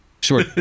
Sure